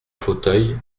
fauteuil